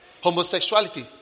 homosexuality